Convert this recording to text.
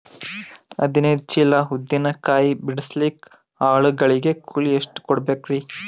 ಹದಿನೈದು ಚೀಲ ಉದ್ದಿನ ಕಾಯಿ ಬಿಡಸಲಿಕ ಆಳು ಗಳಿಗೆ ಕೂಲಿ ಎಷ್ಟು ಕೂಡಬೆಕರೀ?